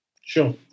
sure